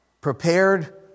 Prepared